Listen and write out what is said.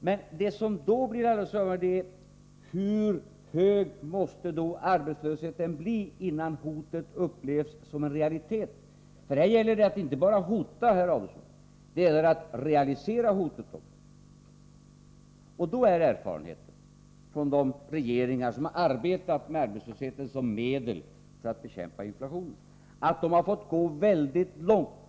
Men det som då blir alldeles avgörande är: Hur hög måste arbetslösheten bli innan hotet upplevs som en realitet? För här gäller det att inte bara hota, herr Adelsohn — det gäller att realisera hotet också. Och då är erfarenheten från de regeringar som har haft arbetslösheten som medel för att bekämpa inflationen att de har fått gå väldigt långt.